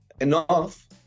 enough